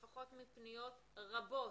לפחות מפניות רבות,